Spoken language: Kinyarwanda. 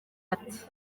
ati